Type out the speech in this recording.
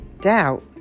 doubt